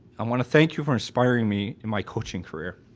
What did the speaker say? i want to thank you for inspiring me in my coaching career.